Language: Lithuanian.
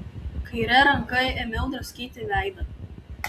kaire ranka ėmiau draskyti veidą